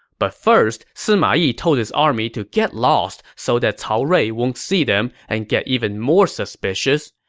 but first, sima yi told his army to get lost so that cao rui won't see them and get even more suspicious.